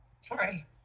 Sorry